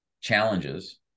challenges